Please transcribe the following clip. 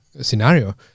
scenario